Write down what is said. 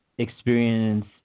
experience